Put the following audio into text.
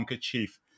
chief